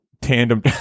tandem